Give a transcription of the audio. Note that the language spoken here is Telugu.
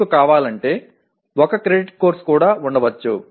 మీకు కావాలంటే 1 క్రెడిట్ కోర్సు కూడా ఉంచవచ్చు